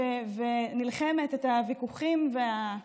ונלחמת בוויכוחים, "דיונים"